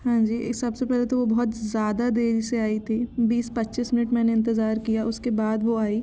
हाँ जी सब से पहले तो वो बहुत ज़्यादा देरी से आई थी बीस पच्चीस मिनट मैंने इतेज़ार किया उसके बाद वो आई